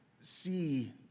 see